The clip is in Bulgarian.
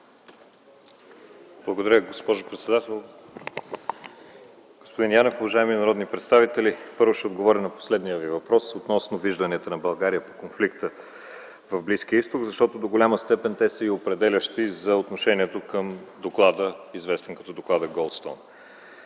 Благодаря, госпожо председател. Господин Янев, уважаеми народни представители! Първо, ще отговоря на последния въпрос – относно виждането на България по конфликта в Близкия Изток, защото до голяма степен те са и определящи за отношението към доклада, известен като доклада „Голдстоун”.